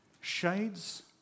shades